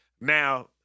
Now